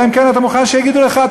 אלא אם כן אתה מוכן שיגידו לך.